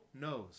knows